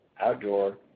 outdoor